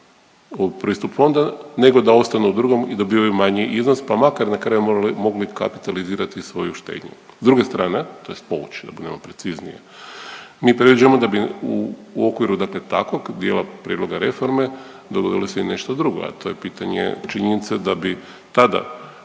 u pristup fonda nego da ostanu u drugom i dobivaju manji iznos, pa makar na kraju mogli kapitalizirati svoju štednju. S druge strane, tj. povući da budemo precizniji. Mi predviđamo da bi u okviru, dakle takvog dijela prijedloga reforme dolazi i nešto drugo, a to je pitanje činjenice da bi tada